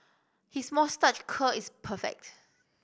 his moustache curl is perfect